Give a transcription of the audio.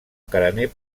carener